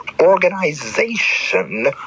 organization